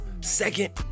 Second